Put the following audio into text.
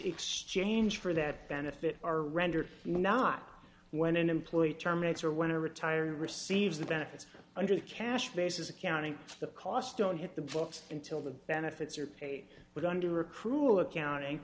exchange for that benefit are rendered not when an employee terminates or when to retire receives the benefits under the cash basis accounting for the cost don't hit the books until the benefits are paid with under accrual accounting